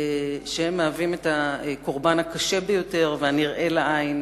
שהם כעת הקורבן הקשה ביותר והנראה לעין